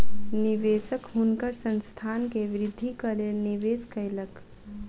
निवेशक हुनकर संस्थान के वृद्धिक लेल निवेश कयलक